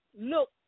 look